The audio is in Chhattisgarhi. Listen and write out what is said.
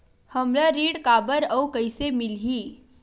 हमला ऋण काबर अउ कइसे मिलही?